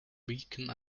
beacon